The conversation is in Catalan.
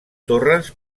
torres